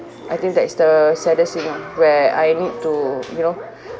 I think that is the saddest scene lah where I need to you know